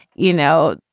you know,